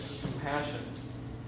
compassion